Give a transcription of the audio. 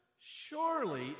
surely